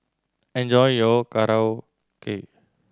enjoy your Korokke